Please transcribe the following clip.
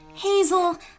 Hazel